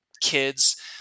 kids